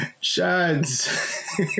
Shads